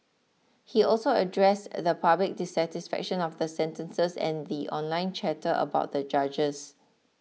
he also addressed the public dissatisfaction of the sentences and the online chatter about the judges